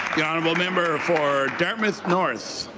the honourable member for dartmouth north.